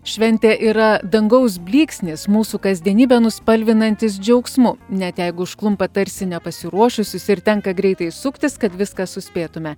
šventė yra dangaus blyksnis mūsų kasdienybę nuspalvinantis džiaugsmo net jeigu užklumpa tarsi nepasiruošusius ir tenka greitai suktis kad viską suspėtume